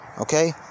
Okay